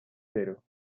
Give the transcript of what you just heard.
cero